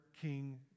King